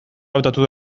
hautatu